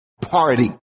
party